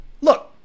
Look